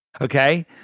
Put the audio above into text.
okay